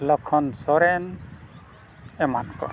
ᱞᱚᱠᱠᱷᱚᱱ ᱥᱚᱨᱮᱱ ᱮᱢᱟᱱ ᱠᱚ